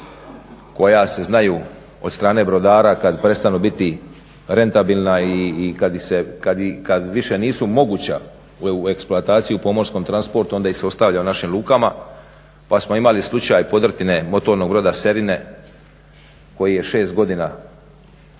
koja se znaju od strane brodara kad prestanu biti rentabilna i kad više nisu moguća u eksploataciji u pomorskom transportu onda ih se ostavlja u našim lukama. Pa smo imali slučaj podrtine motornog broda Serine koji je 6 godina